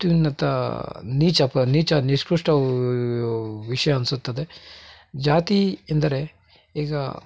ಅತ್ಯುನ್ನತ ನೀಚ ಪ ನೀಚ ನಿಷ್ಕ್ರಷ್ಠ ವಿಷಯ ಅನಿಸುತ್ತದೆ ಜಾತೀ ಎಂದರೆ ಈಗ